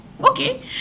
okay